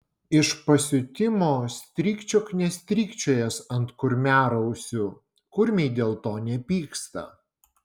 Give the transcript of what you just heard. iš pasiutimo strykčiok nestrykčiojęs ant kurmiarausių kurmiai dėl to nepyksta